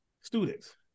students